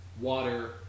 Water